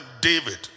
David